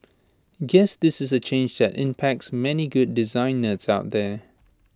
guess this is A change that impacts many good design nerds out there